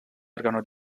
organo